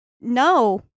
no